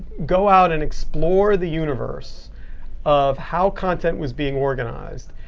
go out and explore the universe of how content was being organized,